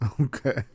Okay